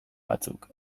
batzuk